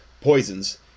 poisons